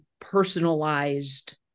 personalized